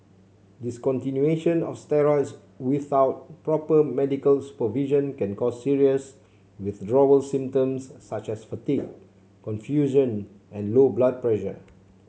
discontinuation of steroids without proper medical supervision can cause serious withdrawal symptoms such as fatigue confusion and low blood pressure